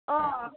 अ